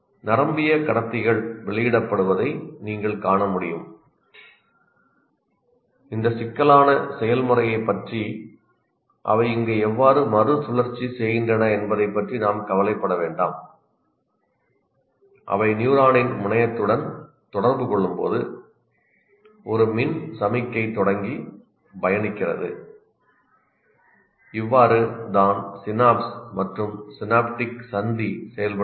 நரம்பியக்கடத்திகள் வெளியிடப்படுவதை நீங்கள் காண முடியும் இந்த சிக்கலான செயல்முறையைப் பற்றி அவை இங்கே எவ்வாறு மறுசுழற்சி செய்கின்றன என்பதை பற்றி நாம் கவலைப்பட வேண்டாம் அவை நியூரானின் முனையத்துடன் தொடர்பு கொள்ளும்போது ஒரு மின் சமிக்ஞை தொடங்கி பயணிக்கிறது இவ்வாறு தான் சினாப்ஸ் மற்றும் சினாப்டிக் சந்தி செயல்படுகின்றன